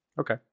Okay